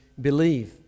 believe